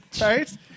Right